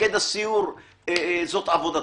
שמפקד הסיור זאת עבודתו.